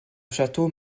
château